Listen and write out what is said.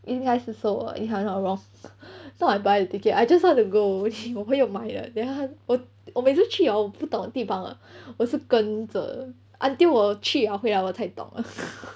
应该是 seoul lah if I am not wrong not I buy the ticket I just want to go 我朋友买的 then 她我我每次去 ah 我不懂地方的我是跟着 until 我去了回了我才懂